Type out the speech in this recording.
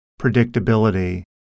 predictability